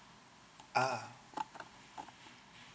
ah